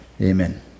Amen